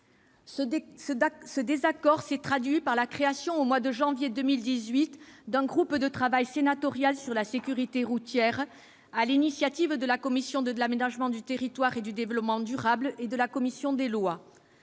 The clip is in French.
Ce désaccord s'est traduit par la création au mois de janvier 2018 d'un groupe de travail sénatorial sur la sécurité routière, sur l'initiative de la commission de l'aménagement du territoire et du développement durable et de la commission des lois.